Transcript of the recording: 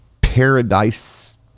paradise